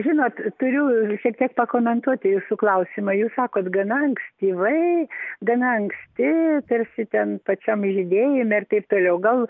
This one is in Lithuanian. žinot turiu šiek tiek pakomentuoti jūsų klausimą jūs sakot gana ankstyvai gana anksti tarsi tam pačiam žaidėjime ir taip toliau gal